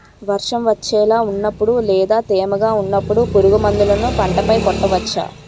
వర్షం వచ్చేలా వున్నపుడు లేదా తేమగా వున్నపుడు పురుగు మందులను పంట పై కొట్టవచ్చ?